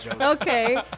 Okay